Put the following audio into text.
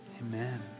amen